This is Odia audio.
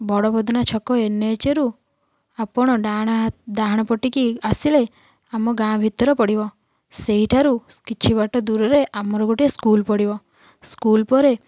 ବଡ଼ ବଦନା ଛକ ଏନ୍ ଏଚ୍ ରୁ ଆପଣ ଡାହାଣ ହା ଡାହାଣ ପଟିକି ଆସିଲେ ଆମ ଗାଁ ଭିତର ପଡ଼ିବ ସେଇଠାରୁ କିଛି ବାଟ ଦୂରରେ ଆମର ଗୋଟେ ସ୍କୁଲ ପଡ଼ିବ ସ୍କୁଲ ପରେ